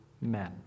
men